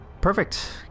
Perfect